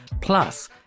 Plus